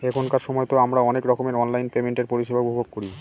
এখনকার সময়তো আমারা অনেক রকমের অনলাইন পেমেন্টের পরিষেবা উপভোগ করি